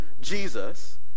Jesus